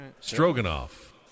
Stroganoff